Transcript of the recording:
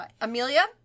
Amelia